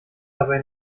dabei